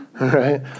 right